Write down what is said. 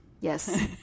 Yes